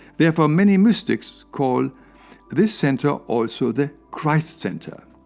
therefore, many mystics call this center also the christ-center.